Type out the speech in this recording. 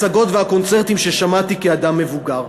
את ההצגות והקונצרטים ששמעתי כאדם מבוגר.